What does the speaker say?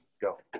Go